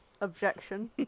objection